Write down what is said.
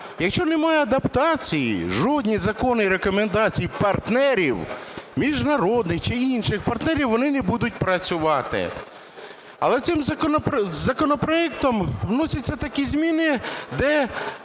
Якщо немає адаптації, жодні закони і рекомендації партнерів, міжнародних чи інших партнерів, вони не будуть працювати. Але цим законопроектом вносяться такі зміни, де